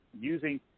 using